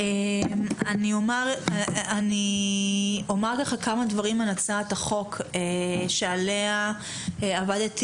אני אומר כמה דברים על הצעת החוק שעליה עבדתי